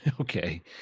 okay